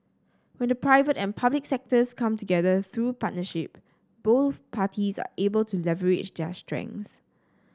when the private and public sectors come together through partnership both parties are able to leverage their strengths